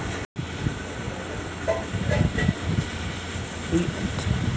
UPI తో savings గాని current గాని ఇలా ఏ అకౌంట్ కైనా పైసల్ పంపొచ్చా?